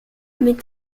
mit